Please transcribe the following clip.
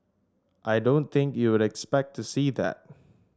I don't think you'd expect to see that